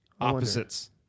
Opposites